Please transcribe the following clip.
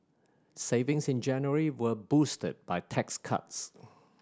savings in January were boosted by tax cuts